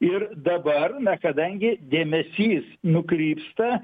ir dabar na kadangi dėmesys nukrypsta